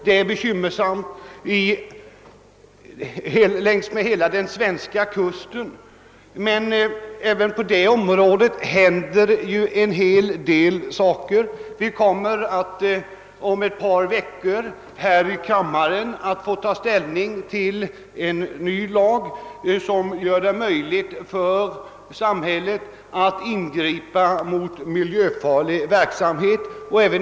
Den är bekymmersam längs hela den svenska kusten, men även på detta område händer en del saker. Om ett par veckor kommer vi här i kammaren att få ta ställning till en miljövårdslag som gör det möjligt för samhället att ingripa mot miljöfarlig verksamhet.